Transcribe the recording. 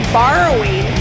borrowing